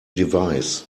device